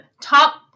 top